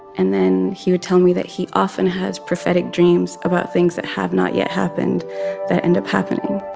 and then he would tell me that he often has prophetic dreams about things that have not yet happened that end up happening.